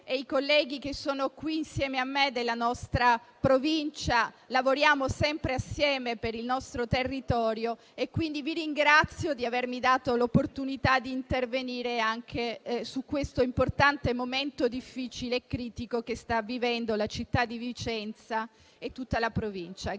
le colleghe e i colleghi della nostra Provincia lavoriamo sempre insieme per il nostro territorio. Quindi, vi ringrazio di avermi dato l'opportunità di intervenire anche su questo momento importante, difficile e critico che sta vivendo la città di Vicenza e tutta la provincia.